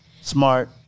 smart